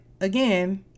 again